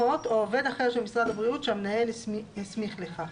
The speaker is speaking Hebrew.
אחות או עובד אחר של משרד הבריאות שהמנהל הסמיך לכך".